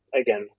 again